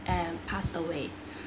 and passed away